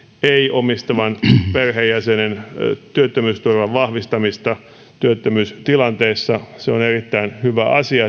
ei omistavan perheenjäsenen työttömyysturvan vahvistamista työttömyystilanteessa se on erittäin hyvä asia